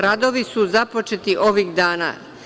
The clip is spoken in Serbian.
Radovi su započeti ovih dana.